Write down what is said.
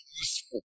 useful